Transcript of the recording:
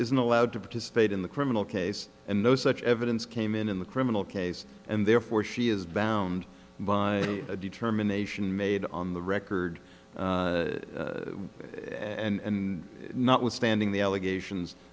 isn't allowed to participate in the criminal case and no such evidence came in in the criminal case and therefore she is bound by a determination made on the record and notwithstanding the allegations